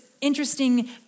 interesting